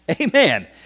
Amen